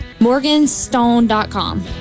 Morganstone.com